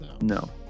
No